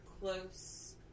close